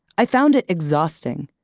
i found it exhausting.